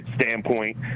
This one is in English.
standpoint